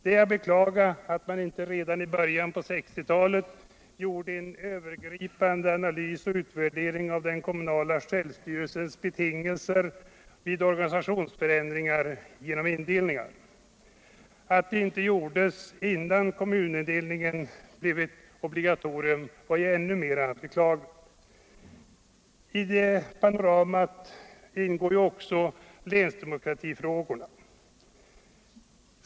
Det är att beklaga att man inte redan i början på 1960-talet gjorde en övergripande analys och utvärdering av den kommunala självstyrelsens betingelser vid organisationsförändringar i indelningen. Att det inte gjordes innan kommunindelningen blev ett obligatorium är ju ändå mera beklagligt. I detta panorama ingår ju också länsdemokratifrågorna.